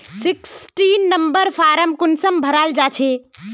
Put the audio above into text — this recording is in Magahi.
सिक्सटीन नंबर फारम कुंसम भराल जाछे?